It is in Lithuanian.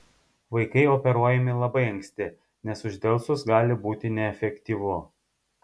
vaikai operuojami labai anksti nes uždelsus gali būti neefektyvu